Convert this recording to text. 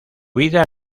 vida